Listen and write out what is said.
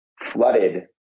flooded